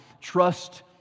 trust